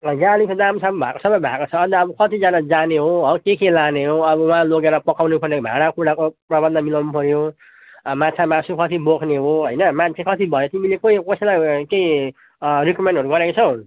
गाडीको दामसाम भएको सबै भएको छ अन्त अब कतिजना जाने हो हौ के के लाने हो वहाँ लगेर पकाउने पर्ने भाँडाकुँडाको प्रबन्ध मिलाउनु पर्यो माछामासु कति बोक्ने हो होइन मान्छे कति भयो तिमीले खोइ कसैलाई केही रिकमेन्डहरू गरेको छौ